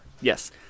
Yes